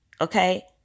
okay